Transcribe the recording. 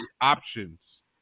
options